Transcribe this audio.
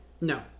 No